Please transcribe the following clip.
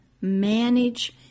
manage